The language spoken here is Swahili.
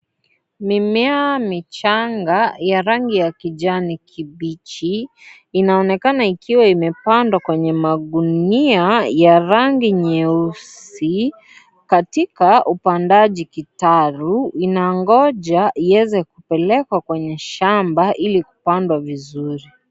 Mimea michanga ya rangi ya kijani kibichi inaonekana ikiwa imepandwa kwenye magunia ya rangi nyeusi katika upandaji kitaro. Inangoja iweze kupelekwa kwenye shamba ili kupandwa vizuri.